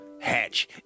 hatch